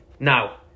Now